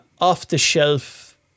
off-the-shelf